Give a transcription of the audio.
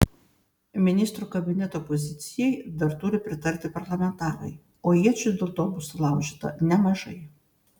ministrų kabineto pozicijai dar turi pritarti parlamentarai o iečių dėl to bus sulaužyta nemažai